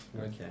Okay